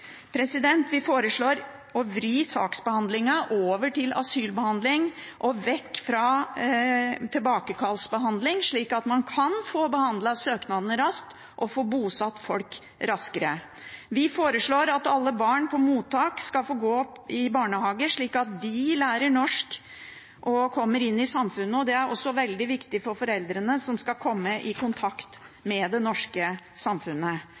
Vi foreslår å vri saksbehandlingen over til asylbehandling og vekk fra tilbakekallsbehandling, slik at man kan få behandlet søknadene raskt og få bosatt folk raskere. Vi foreslår at alle barn på mottak skal få gå i barnehage, slik at de lærer norsk og kommer inn i samfunnet. Det er også veldig viktig for foreldrene, som skal komme i kontakt med det norske samfunnet.